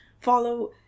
follow